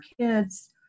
kids